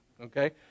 okay